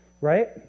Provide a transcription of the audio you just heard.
right